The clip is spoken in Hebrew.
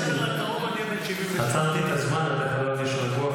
--- בדצמבר הקרוב אני אהיה בן 77. עצרתי את הזמן של הנאום -- בסדר.